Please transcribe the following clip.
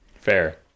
Fair